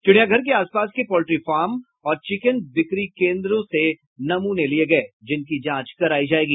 चिड़ियाघर के आसपास के पोल्ट्री फार्म और चिकेन बिक्री केन्द्र से नमूने लिये गये जिनकी जांच करायी जायेगी